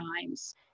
times